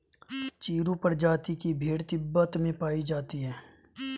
चिरु प्रजाति की भेड़ तिब्बत में पायी जाती है